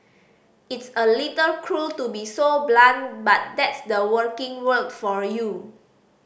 it's a little cruel to be so blunt but that's the working world for you